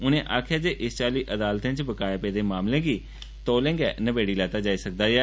उनें आक्खेया जे इस चाल्ली अदालतें च बकाया पेदे मामलें गी बी तौलें गै नबेड़ी लैता जाई सकदा ऐ